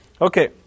Okay